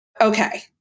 okay